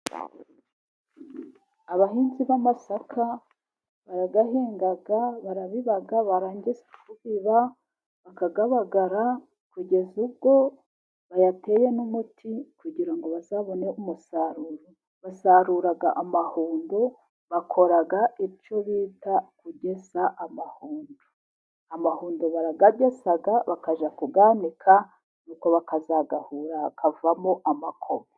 Abahinzi b'amasaka barayahinga, barabiba, barangiza kubiba bakayabagara kugeza ubwo bayateye n'umuti kugira ngo bazabone umusaruro. Basarura amahundo, bakora ibyo bita kugesa amahundo. Amahundo barayagesa bakajya kuyanika, nuko bakazayahura hakavamo amakoma.